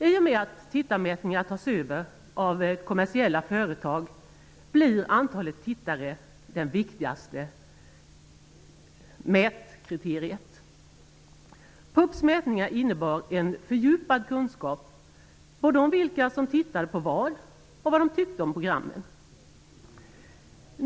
I och med att tittarmätningar tas över av kommersiella företag blir antalet tittare det viktigaste mätkriteriet. PUB:s mätningar innebar en fördjupad kunskap både om vilka som tittade på vad och vad de tyckte om programmen.